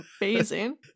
amazing